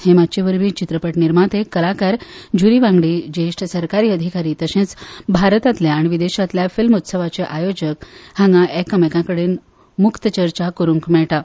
हे माचये वरवीं चित्रपट निर्माते कलाकार ज़ुरी वांगडी ज्येश्ठ सरकारी अधिकारी तशेंच भारतांतल्या आनी विदेशांतल्या फिल्म उत्सवाचे आयोजक हांकां एकामेकां कडेन मुक्त चर्चा करूंक मेळटा